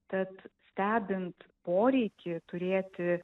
tad stebint poreikį turėti